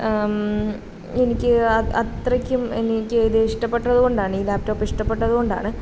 എനിക്ക് അ അത്രയ്ക്കും എനിക്ക് ഇതിഷ്ടപ്പെട്ടതു കൊണ്ടാണ് ഈ ലാപ്ടോപ്പ് ഇഷ്ടപ്പെട്ടതു കൊണ്ടാണ്